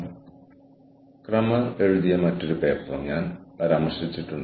ഇപ്പോൾ അടുത്ത സ്ലൈഡുകളിൽ സ്വാർട്ടിന്റെയും കിന്നിയുടെയും ഈ പേപ്പർ ഞാൻ കവർ ചെയ്യും